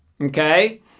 Okay